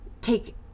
take